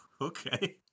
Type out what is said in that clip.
okay